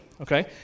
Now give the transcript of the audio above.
Okay